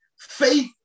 faith